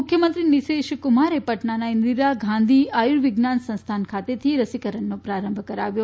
મુખ્યમંત્રી નીતીશકુમારે પટનાના ઇન્દિરા ગાંધી આર્યુવિજ્ઞાન સંસ્થાન ખાતેથી રસીકરણનો પ્રારંભ કરાવ્યો